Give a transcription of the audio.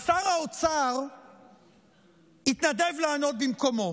שר האוצר התנדב לענות במקומו.